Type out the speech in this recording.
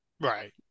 right